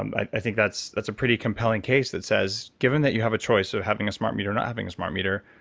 um i think that's that's a pretty compelling case that says, given that you have a choice of having a smart meter or not having a smart meter,